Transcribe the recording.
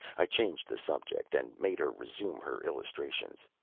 i changed the subject, and made her resume her illustrations.